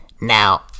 Now